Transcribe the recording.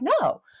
no